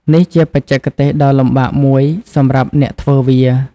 នេះជាបច្ចេកទេសដ៏លំបាកមួយសម្រាប់អ្នកធ្វើវា។